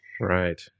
Right